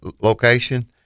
location